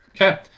Okay